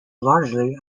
largely